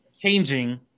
changing